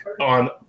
on